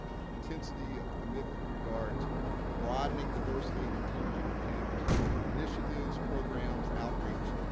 and intensity of commitment in regard to broadening diversity and inclusion on campus through initiatives, programs, outreach,